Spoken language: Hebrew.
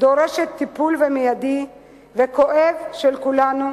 דורשת טיפול מיידי וכואב של כולנו,